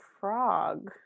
frog